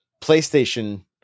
PlayStation